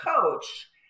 coach